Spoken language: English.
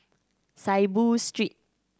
Saiboo Street